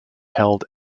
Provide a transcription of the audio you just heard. held